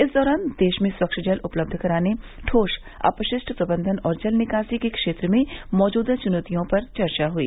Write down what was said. इस दौरान देश में स्वच्छ जल उपलब्ध कराने ठोस अपशिष्ट प्रबंधन और जल निकासी के क्षेत्र में मौजूदा चुनौतियों पर चर्चा हुई